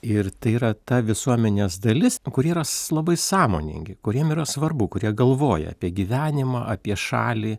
ir tai yra ta visuomenės dalis kuri yra s labai sąmoningi kuriem yra svarbu kurie galvoja apie gyvenimą apie šalį